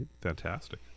fantastic